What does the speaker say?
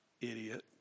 idiot